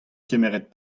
kemeret